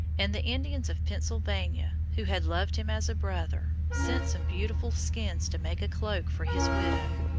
and the indians of pennsylvania, who had loved him as a brother, sent some beautiful skins to make a cloak for his widow,